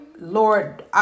Lord